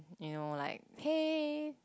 you know like hey